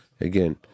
Again